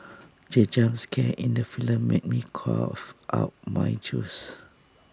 the jump scare in the film made me cough out my juice